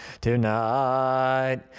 tonight